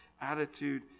attitude